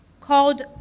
called